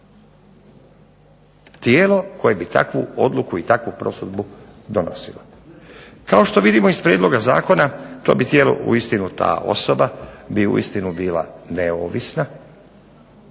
tijelo koju bi takvu odluku i takvu prosudu donosilo. Kao što vidimo iz prijedloga zakona ta osoba bi uistinu bila neovisna.